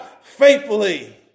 faithfully